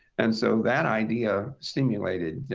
and so that idea stimulated